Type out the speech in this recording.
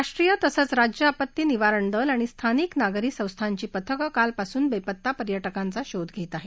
राष्ट्रीय तसंच राज्य आपत्ती निवारण दल आणि स्थानिक नागरी संस्थांची पथकं कालपासून बेपत्ता पर्यटकांचा शोध घेत आहेत